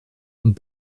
und